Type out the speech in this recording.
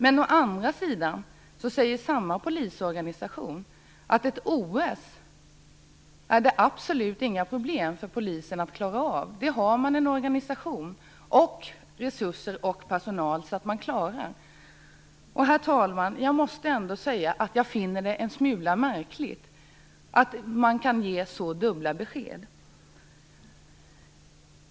Men å andra sidan säger företrädare för samma polisorganisation att det absolut inte är några problem för polisen att klara av ett OS - det har man organisation, resurser och personal för att klara. Herr talman! Jag måste ändå säga att jag finner det en smula märkligt att man kan ge så dubbla besked.